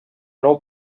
nou